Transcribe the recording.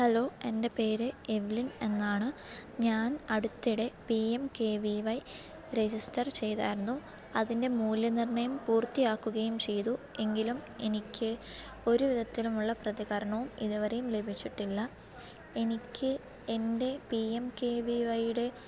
hello എൻ്റെ പേര് Evelyn എന്നാണ് ഞാൻ അടുത്തിടെ P M K V Y register ചെയ്തായിരുന്നു അതിൻ്റെ മൂല്യനിർണ്ണയം പൂർത്തിയാക്കുകയും ചെയ്തു എങ്കിലും എനിക്ക് ഒരു വിധത്തിലുമുള്ള പ്രതികരണവും ഇതുവരെയും ലഭിച്ചിട്ടില്ല എനിക്ക് എൻ്റെ പി എം കെ വി വൈയുടെ